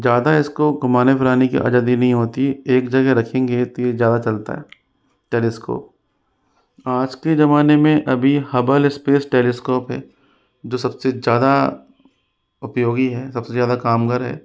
ज़्यादा इसको घुमाने फिराने की आजादी नहीं होती एक जगह रखेंगे तेज ज़्यादा चलता है टेलीस्कोप आज के जमाने में अभी हबल स्पेस टेलीस्कोप है जो सबसे ज़्यादा उपयोगी है सबसे ज़्यादा कामगर है